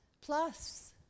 plus